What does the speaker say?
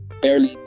barely